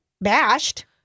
bashed